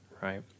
right